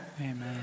Amen